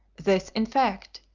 this, in fact,